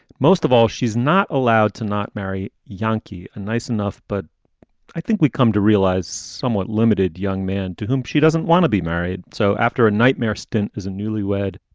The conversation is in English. most of all, she's not allowed to not marry yankee a nice enough. but i think we come to realize somewhat limited young man to whom she doesn't want to be married. so after a nightmare stint as a newlywed,